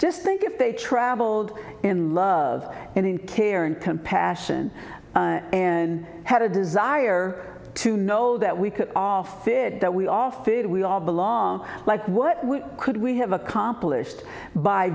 just think if they travelled in love and in care and compassion and had a desire to know that we could all fit that we all fit we all belong like what could we have accomplished by